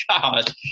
God